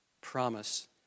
promise